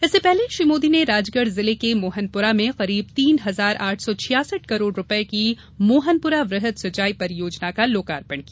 इससे पहले श्री मोदी ने राजगढ़ जिले के मोहनपुरा में करीब तीन हजार आठ सौ छियासठ करोड़ रुपये की मोहनपुरा वृहद सिंचाई परियोजना का लोकार्पण किया